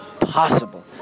possible